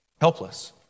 Helpless